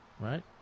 Right